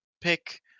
pick